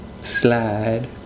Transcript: slide